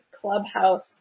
Clubhouse